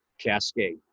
cascade